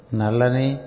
nalani